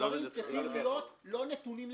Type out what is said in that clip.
הדברים צריכים להיות לא נתונים לפרשנות,